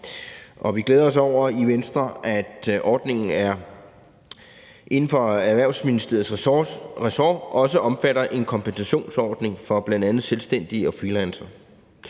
Vi glæder os i Venstre over, at ordningen inden for Erhvervsministeriets ressort også omfatter en kompensationsordning for bl.a. selvstændige og freelancere.